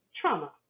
trauma